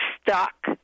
stuck